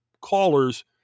callers